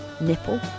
Nipple